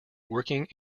working